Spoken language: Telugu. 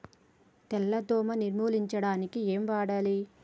తెల్ల దోమ నిర్ములించడానికి ఏం వాడాలి?